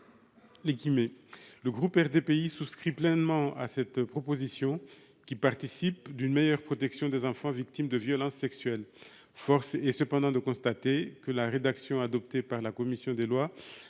son enfant ». Le groupe RDPI souscrit pleinement à cette proposition, qui participe d'une meilleure protection des enfants victimes de violences sexuelles. Or force est de constater que la rédaction adoptée par la commission des lois